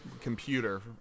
computer